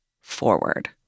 forward